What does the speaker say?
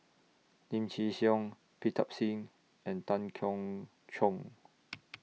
Lim Chin Siong Pritam Singh and Tan Keong Choon